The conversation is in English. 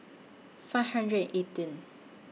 five hundred eighteen